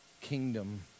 kingdom